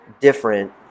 different